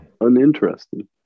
uninteresting